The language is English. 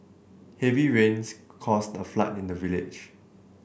heavy rains caused a flood in the village